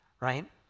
right